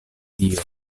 dio